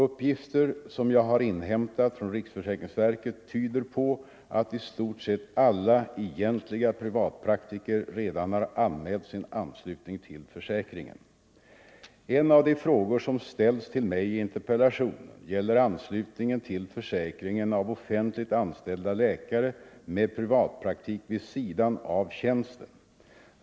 Uppgifter som jag har inhämtat från riksförsäkringsverket tyder på att i stort sett alla egentliga privatpraktiker redan har anmält sin anslutning till försäkringen. En av de frågor som ställts till mig i interpellationen gäller anslutningen till försäkringen av offentligt anställda läkare med privatpraktik vid sidan av tjänsten.